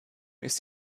ist